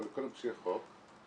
קודם שיהיה חוק,